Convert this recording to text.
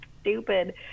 stupid